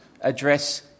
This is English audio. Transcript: address